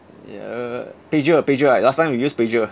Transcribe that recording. ya uh pager pager right last time you use pager